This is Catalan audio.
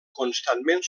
constantment